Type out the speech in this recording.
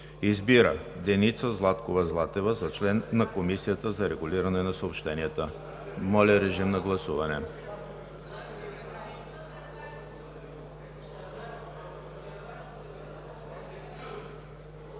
Избира Анна Вълчева Хаджиева за член на Комисията за регулиране на съобщенията.“ Моля, режим на гласуване.